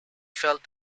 felt